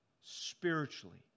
spiritually